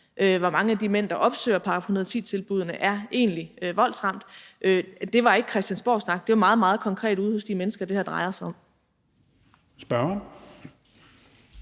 hvor mange af de mænd, der opsøger § 110-tilbuddene, der egentlig er voldsramte. Det var ikke Christiansborgsnak. Det var meget, meget konkret ude hos de mennesker, det her drejer sig om. Kl.